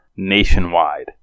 nationwide